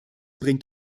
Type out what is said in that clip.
bringt